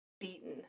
beaten